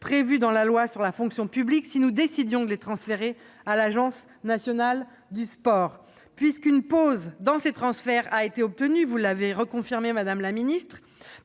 projet de loi sur la fonction publique, si nous décidions de les transférer à l'Agence nationale du sport. Puisqu'une pause dans ces transferts a été obtenue- madame la ministre,